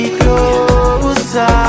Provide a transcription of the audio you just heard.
closer